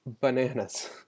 Bananas